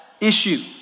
issue